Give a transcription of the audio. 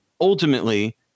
ultimately